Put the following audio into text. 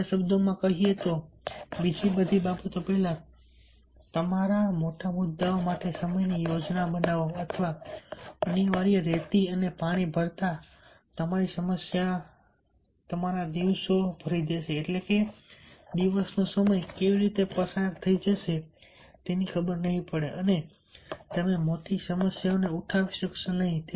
બીજા શબ્દોમાં કહીએ તો બીજી બધી બાબતો પહેલાં તમારા મોટા મુદ્દાઓ માટે સમયની યોજના બનાવો અથવા અનિવાર્ય રેતી અને પાણી ભરતા તમારી સમસ્યા તમારા દિવસો ભરી દેશે એટલે કે દિવસનો સમય કેવી રીતે પસાર થઈ જશે તે ખબર નહિ પડે અને તમે મોટી સમસ્યાઓને ઉઠાવી શકશો નહીં